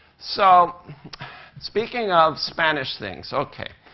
so speaking of spanish things, okay.